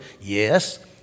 Yes